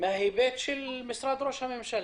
מההיבט של משרד ראש הממשלה.